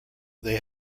they